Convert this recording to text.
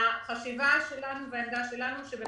החשיבה שלנו והעמדה שלנו היא,